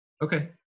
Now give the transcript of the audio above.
okay